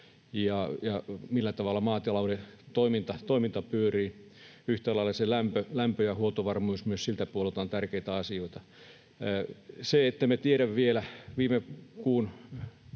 millä tavalla maatalouden toiminta pyörii, yhtä lailla se lämpö ja huoltovarmuus myös siltä puolelta ovat tärkeitä asioita. Siinä, ettemme tiedä vielä, kun viime kuun